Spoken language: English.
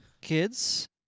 kids